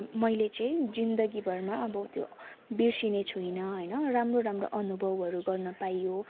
मैले चाहिँ जिन्दगीभरमा अब त्यो बिर्सिने छुइनँ होइन राम्रो राम्रो अनुभवहरू गर्न पाइयो